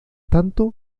tanto